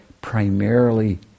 primarily